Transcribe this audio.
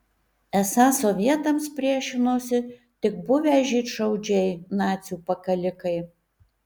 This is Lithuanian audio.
esą sovietams priešinosi tik buvę žydšaudžiai nacių pakalikai